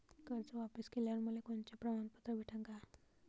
कर्ज वापिस केल्यावर मले कोनचे प्रमाणपत्र भेटन का?